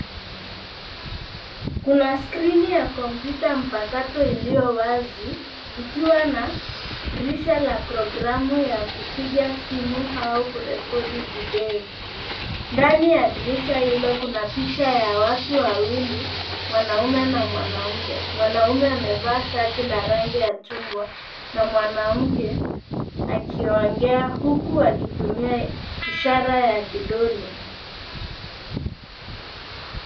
Kuna skirini ya kompyuta mpakato iliowazi, ikiwa na dirisha la programu ya kupiga simu au kurekodi video. Ndani ya dirisha hilo kuna picha ya watu wawili, mwanaume na mwnamke. Mwanaume amevaa shati la rangi ya chungwa na mwanamke akiongea, huku akitumia ishara ya kidole.